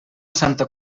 santa